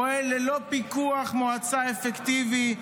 פועל ללא פיקוח מועצה אפקטיבי.